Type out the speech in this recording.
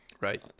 Right